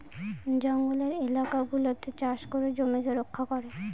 জঙ্গলের এলাকা গুলাতে চাষ করে জমিকে রক্ষা করে